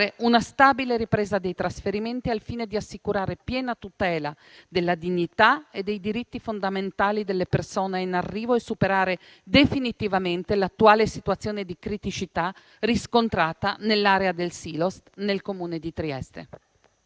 e stabile ripresa dei trasferimenti, al fine di assicurare piena tutela della dignità e dei diritti fondamentali delle persone in arrivo e superare definitivamente l'attuale situazione di criticità riscontrata nell'area del Silos di Trieste